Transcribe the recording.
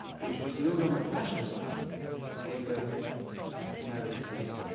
which was no longer fashionable in the nineteenth century,